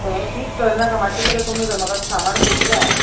सगळें फिक्स दवरनाका मात्शें कितें कमी कर म्हाका सामान खूब जाये